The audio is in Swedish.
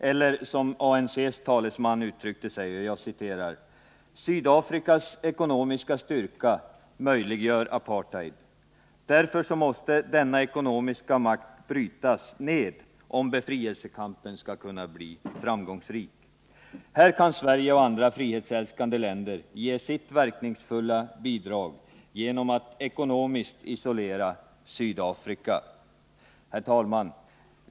Eller som ANC:s talesman uttryckte sig: ”Sydafrikas ekonomiska styrka möjliggör apartheid — därför måste denna ekonomiska makt brytas ned om befrielsekampen skall kunna bli framgångsrik. Här kan Sverige och andra frihetsälskande länder ge sitt verkningsfulla bidrag genom att ekonomiskt isolera Sydafrika.” Herr talman!